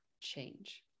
change